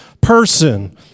person